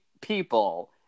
people